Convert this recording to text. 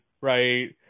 Right